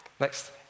Next